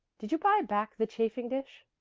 did you buy back the chafing-dish?